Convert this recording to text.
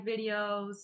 videos